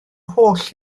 holl